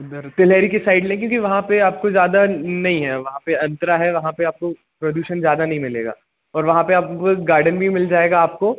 इधर तिलेहरी के साइड लेंगी क्योंकि वहाँ पर आपको जादा नहीं है वहाँ पर अंतरा है वहाँ पर आपको प्रदूषण ज़्यादा नहीं मिलेगा और वहाँ पर आपको गार्डन भी मिल जाएगा आपको